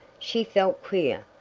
she felt queer,